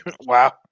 Wow